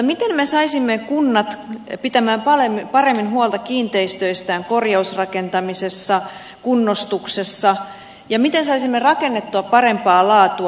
miten me saisimme kunnat pitämään paremmin huolta kiinteistöistään korjausrakentamisessa kunnostuksessa ja miten saisimme rakennettua parempaa laatua